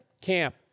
camp